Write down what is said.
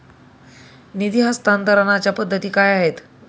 निधी हस्तांतरणाच्या पद्धती काय आहेत?